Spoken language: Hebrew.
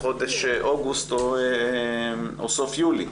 בחודש אוגוסט או סוף יולי.